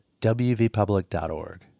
wvpublic.org